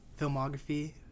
filmography